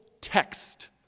text